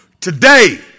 today